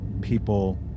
people